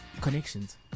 connections